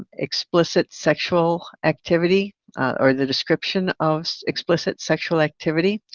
explicit sexual activity or the description of so explicit sexual activity